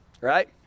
Right